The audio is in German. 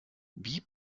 wie